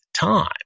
time